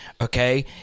okay